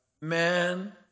man